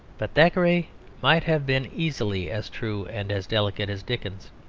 but thackeray might have been easily as true and as delicate as dickens.